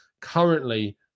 currently